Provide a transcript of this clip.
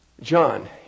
John